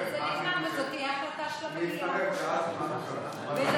הוא יצטרף ומה, ובזה